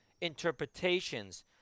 interpretations